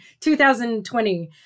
2020